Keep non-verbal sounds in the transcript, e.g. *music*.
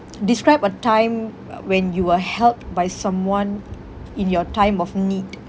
describe a time *noise* when you were helped by someone in your time of need